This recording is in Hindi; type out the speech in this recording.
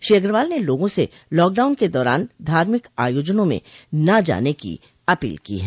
श्री अग्रवाल ने लोगों से लॉकडाउन के दौरान धार्मिक आयोजनों में न जाने की अपील की है